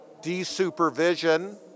desupervision